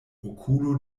okulo